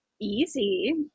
easy